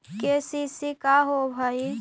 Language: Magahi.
के.सी.सी का होव हइ?